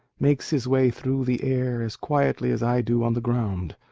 makes his way through the air as quietly as i do on the ground,